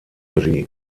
regie